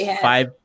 five-